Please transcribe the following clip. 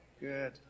Good